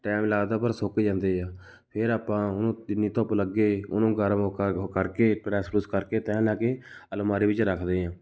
time ਲੱਗਦਾ ਪਰ ਸੁੱਕ ਜਾਂਦੇ ਆ ਫਿਰ ਆਪਾਂ ਉਹਨੂੰ ਜਿੰਨੀ ਧੁੱਪ ਲੱਗੇ ਉਹਨੂੰ ਗਰਮ ਉਹ ਕਰ ਉਹ ਕਰਕੇ ਪ੍ਰੈੱਸ ਪਰੁਸ ਕਰਕੇ ਤਹਿ ਲਾ ਕੇ ਅਲਮਾਰੀ ਵਿੱਚ ਰੱਖਦੇ ਹਾਂ